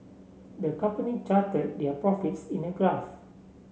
the company charted their profits in a graph